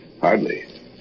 Hardly